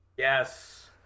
Yes